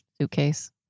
suitcase